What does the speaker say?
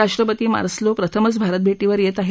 राष्ट्रपती मार्सलो प्रथमच भारत भेटीवर येत आहेत